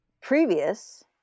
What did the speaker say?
previous